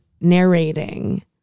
narrating